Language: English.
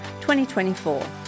2024